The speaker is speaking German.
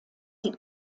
sie